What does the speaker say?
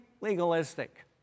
legalistic